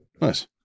nice